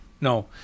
No